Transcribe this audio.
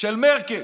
של מרקל,